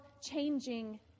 changing